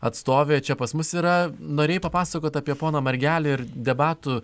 atstovė čia pas mus yra norėjai papasakoti apie poną margelį ir debatų